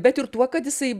bet ir tuo kad jisai